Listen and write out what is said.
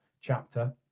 chapter